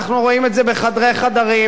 אנחנו רואים את זה בחדרי חדרים.